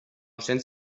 cents